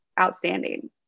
outstanding